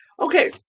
okay